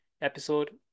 episode